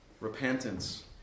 Repentance